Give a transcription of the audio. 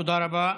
תודה רבה.